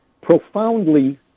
profoundly